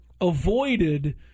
avoided